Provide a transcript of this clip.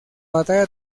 batalla